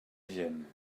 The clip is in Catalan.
gent